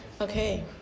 Okay